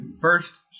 First